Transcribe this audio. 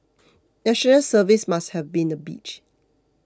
National Service must have been a bitch